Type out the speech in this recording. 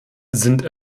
sind